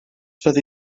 fyddi